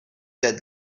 that